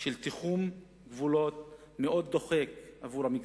של תיחום גבולות מאוד דוחק בעבור המגזר.